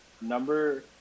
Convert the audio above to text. number